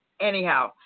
Anyhow